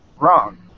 Wrong